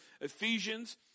Ephesians